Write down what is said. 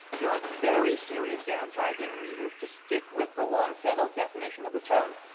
there are very serious downsides and reasons to stick with the long settled definition of the term.